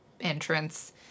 entrance